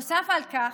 נוסף על כך,